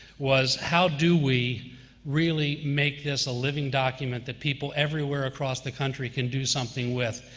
was how do we really make this a living document that people everywhere across the country can do something with.